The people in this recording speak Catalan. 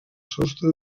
sostre